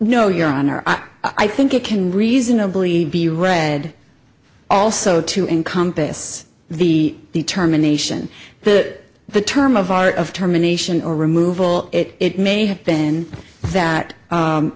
no your honor i think it can reasonably be read also to encompass the determination that the term of art of terminations or removal it may have been that